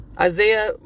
Isaiah